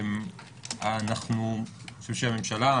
הממשלה,